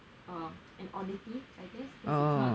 um an oddity I guess because it's not